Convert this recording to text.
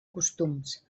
costums